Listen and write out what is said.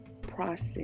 process